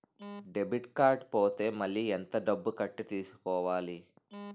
Debit card పోతే మళ్ళీ ఎంత డబ్బు కట్టి తీసుకోవాలి?